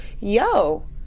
yo